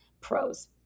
pros